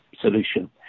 solution